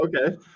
Okay